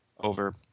over